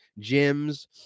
gyms